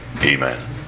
Amen